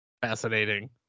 Fascinating